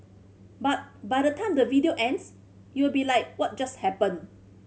but by the time the video ends you'll be like what just happened